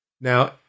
Now